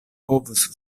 povus